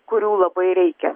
kurių labai reikia